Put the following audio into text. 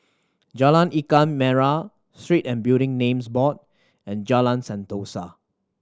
Jalan Ikan Merah Street and Building Names Board and Jalan Sentosa